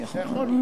אני יכול מכאן.